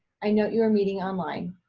i note you are meeting online.